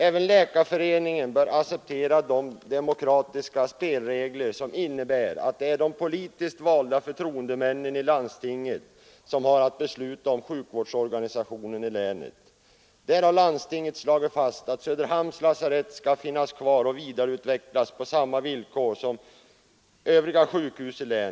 Även läkarföreningen bör acceptera de demokratiska spelregler som innebär att det är de politiskt valda förtroendemännen i landstinget som har att besluta om sjukvårdsorganisationen i länet. Landstinget har slagit fast att Söderhamns lasarett skall finnas kvar och vidareutvecklas på samma villkor som länets övriga sjukhus.